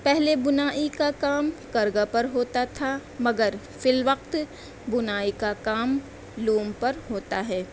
پہلے بنائی کا کام کرگھا پر ہوتا تھا مگر فی الوقت بُنائی کا کام لوم پر ہوتا ہے